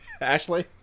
Ashley